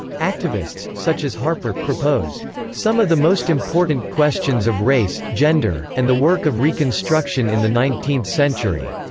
activists, such as harper, proposed some of the most important questions of race, gender, and the work of reconstruction in the nineteenth century,